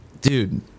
Dude